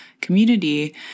community